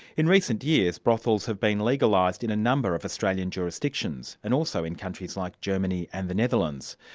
in recent years brothels have been legalised in a number of australian jurisdictions, and also in countries like germany and the netherlands.